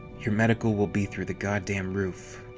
your medical will be through the goddamn roof.